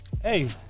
Hey